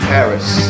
Paris